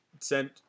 sent